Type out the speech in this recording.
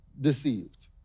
deceived